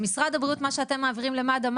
משרד הבריאות מה שאתם מעבירים למד"א,